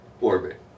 orbit